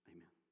Amen